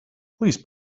please